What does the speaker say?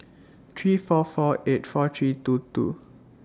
three four four eight four three two two